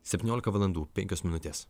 septyniolika valandų penkios minutės